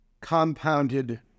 compounded